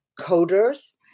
coders